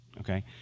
Okay